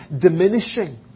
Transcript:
diminishing